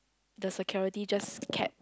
the security just kept